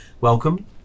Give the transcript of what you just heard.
Welcome